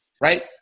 Right